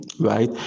right